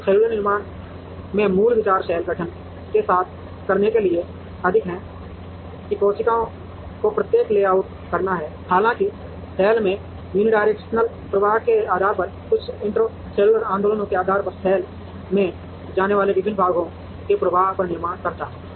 तो सेल्यूलर निर्माण में मूल विचार सेल गठन के साथ करने के लिए अधिक है कि कोशिकाओं को कैसे लेआउट करना है हालाँकि सेल में यूनिडायरेक्शनल प्रवाह के आधार पर कुछ इंट्रासेल्युलर आंदोलनों के आधार पर सेल में जाने वाले विभिन्न भागों के प्रवाह पर निर्भर करता है